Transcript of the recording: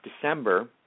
December